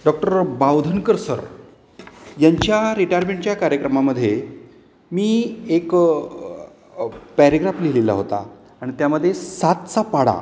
doctor Bavdhankar sir यांच्या रिटायरमेंटच्या कार्यक्रमामध्ये मी एक पॅरेग्राफ लिहिलेला होता आणि त्यामध्ये सातचा पाढा